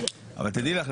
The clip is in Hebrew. אבל תדעי לך,